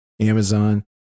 Amazon